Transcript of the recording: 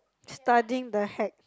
studying the heck